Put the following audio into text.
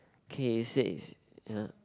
K it says ya